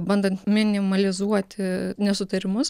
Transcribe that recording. bandant minimalizuoti nesutarimus